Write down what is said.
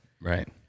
Right